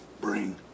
bring